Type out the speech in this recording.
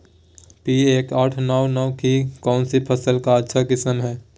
P एक आठ नौ नौ कौन सी फसल का अच्छा किस्म हैं?